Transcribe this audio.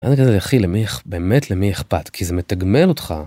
אני כזה אחי למי, באמת למי אכפת, כי זה מתגמל אותך.